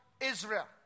Israel